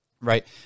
right